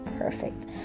perfect